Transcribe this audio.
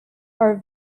are